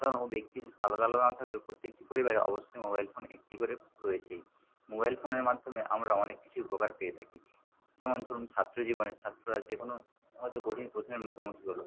কোন ব্যক্তির আলাদা আলাদা না থাকলেও প্রত্যেকটি পরিবারে অবশ্যই মোবাইল ফোন একটি করে রয়েছেই মোবাইল ফোনের মাধ্যমে আমরা অনেক কিছু উপকার পেয়ে থাকি যেমন ধরুন ছাত্রজীবনে ছাত্ররা যে কোন হয়তো কঠিন প্রশ্নের মুখোমুখি হল